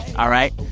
all right.